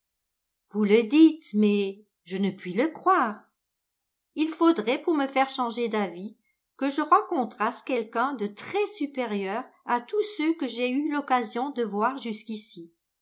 vous le dites mais je ne puis le croire il faudrait pour me faire changer d'avis que je rencontrasse quelqu'un de très supérieur à tous ceux que j'ai eu l'occasion de voir jusqu'ici